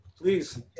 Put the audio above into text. Please